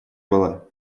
было